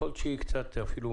ויכול להיות שהיא קצת מורכבת.